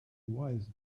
wise